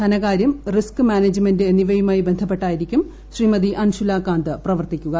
ധനകാര്യം risk management എന്നിവയുമായി ബന്ധപ്പെട്ടായിരിക്കും ശ്രീമതി അൻഷുല കാന്ത് പ്രവർത്തിക്കുക